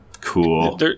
Cool